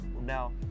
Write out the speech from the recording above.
now